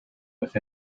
with